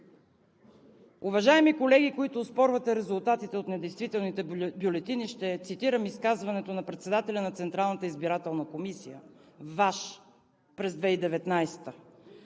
Уважаеми колеги, които оспорвате резултатите от недействителните бюлетини, ще цитирам изказването на председателя на Централната избирателна комисия, Ваш, през 2019